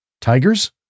Tigers